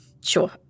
sure